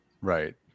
right